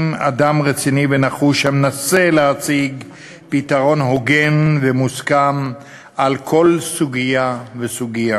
אדם רציני ונחוש המנסה להציג פתרון הוגן ומוסכם לכל סוגיה וסוגיה.